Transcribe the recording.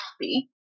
happy